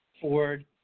Ford